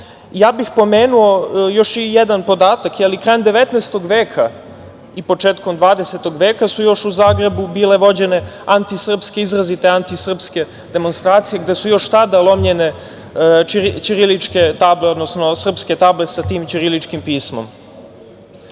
bih pomenuo još jedan podatak. Krajem 19. i početkom 20. veka su još u Zagrebu bile vođene izrazite antisrpske demonstracije, gde su još tada lomljene ćiriličke table, odnosno srpske table sa tim ćiriličkim pismom. Takođe,